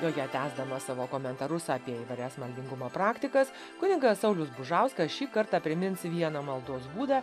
joje tęsdamas savo komentarus apie įvairias maldingumo praktikas kunigas saulius bužauskas šį kartą primins vieną maldos būdą